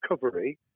recovery